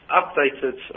updated